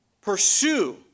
pursue